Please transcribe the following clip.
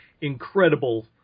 incredible